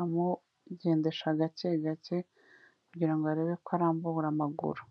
amugendesha gake gake kugira ngo arebe ko arambura amaguru.